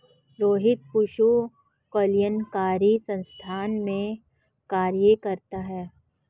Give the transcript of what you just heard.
रोहित पशु कल्याणकारी संस्थान में कार्य करता है